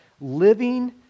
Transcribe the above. living